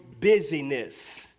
busyness